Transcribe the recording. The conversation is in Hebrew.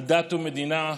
על דת ומדינה,